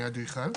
אני אדריכל.